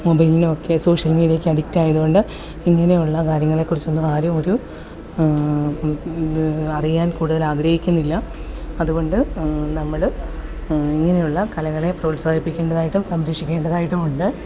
മൊബൈൽനും ഒക്കെ സോഷ്യൽ മീഡിയക്ക് അഡിക്ട് ആയത് കൊണ്ട് ഇങ്ങനെയുള്ള കാര്യങ്ങളെ കുറിച്ചൊന്നും ആരുമൊരു അറിയാൻ കൂടുതൽ ആഗ്രഹിക്കുന്നില്ല അത്കൊണ്ട് നമ്മൾ ഇങ്ങനെയുള്ള കലകളെ പ്രോത്സാഹിപ്പിക്കേണ്ടതായിട്ടും സംരക്ഷിക്കേണ്ടതായിട്ടുമുണ്ട്